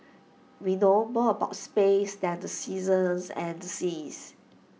we know more about space than the seasons and the seas